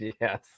yes